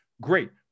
great